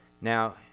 Now